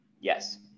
Yes